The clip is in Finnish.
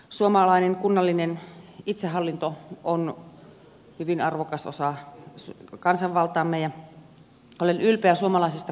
suomalainen kunnallinen itsehallinto on hyvin arvokas osa kansanvaltaamme ja olen ylpeä suomalaisista kunnista